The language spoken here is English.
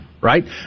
right